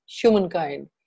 humankind